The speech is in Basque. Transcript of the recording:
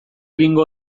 egingo